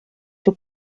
for